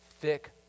thick